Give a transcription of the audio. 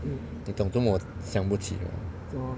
你懂做么我想不起